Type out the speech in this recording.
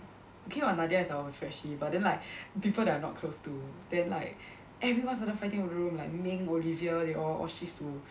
okay lah Nadia is our freshie but then like people that I'm not close to then like everyone started fighting for the room like Ming Olivia they all all shift to